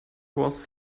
was